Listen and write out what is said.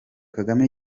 kagame